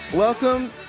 Welcome